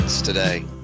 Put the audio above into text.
today